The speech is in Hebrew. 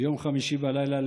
ביום חמישי בלילה,